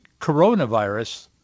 coronavirus